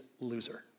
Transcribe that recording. loser